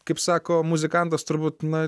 kaip sako muzikantas turbūt na